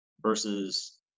versus